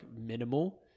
minimal